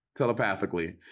telepathically